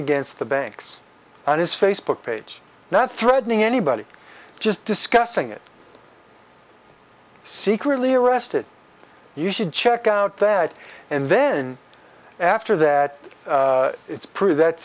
against the banks on his facebook page not threatening anybody just discussing it secretly arrested you should check out that and then after that it's prove that